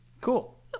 Cool